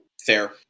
Fair